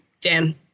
Dan